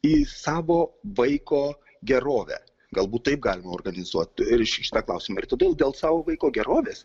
į savo vaiko gerovę galbūt taip galima organizuoti ir šitą klausimą ir todėl dėl savo vaiko gerovės